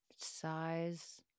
Size